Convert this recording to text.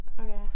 Okay